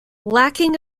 lacking